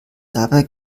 dabei